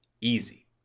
easy